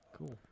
Cool